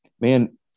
man